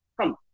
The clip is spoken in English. Come